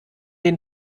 den